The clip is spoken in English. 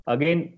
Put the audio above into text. Again